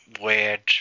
Weird